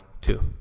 Two